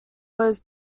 was